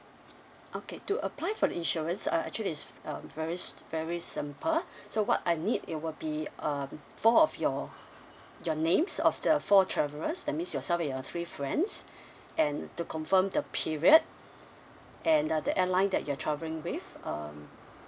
okay to apply for the insurance uh actually is uh very very simple so what I need it will be uh four of your your names of the four travellers that means yourself and your three friends and to confirm the period and uh the airline that you're travelling with uh